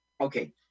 Okay